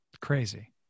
Crazy